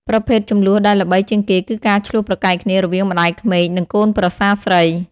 ប្រភេទជម្លោះដែលល្បីជាងគេគឺការឈ្លោះប្រកែកគ្នារវាងម្តាយក្មេកនិងកូនប្រសាស្រី។